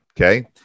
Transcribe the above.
okay